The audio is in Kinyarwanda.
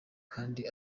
kandi